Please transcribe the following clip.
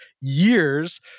years